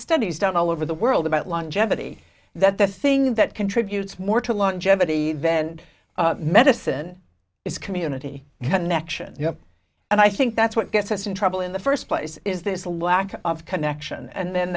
studies done all over the world about longevity that the thing that contributes more to longevity then medicine is community connection and i think that's what gets us in trouble in the first place is this a lack of connection and then